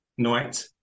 night